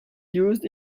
used